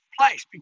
place